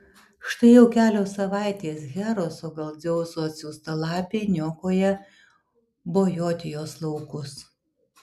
štai jau kelios savaitės heros o gal dzeuso atsiųsta lapė niokoja bojotijos laukus